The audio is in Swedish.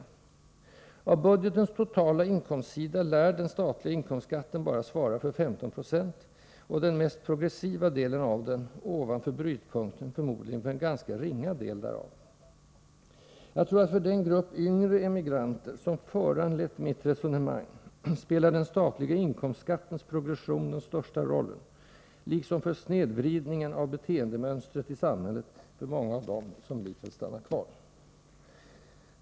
Beträffande budgetens totala inkomstsida lär den statliga inkomstskatten svara endast för 1590 och den mest progressiva delen av den, ovanför brytpunkten, förmodligen för en ganska ringa del därav. Jag tror att för den grupp yngre emigranter som föranlett mitt resonemang spelar den statliga inkomstskattens progression den största rollen, liksom för snedvridningen av beteendemönstret i samhället hos många av dem som likväl stannar kvar.